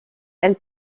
elle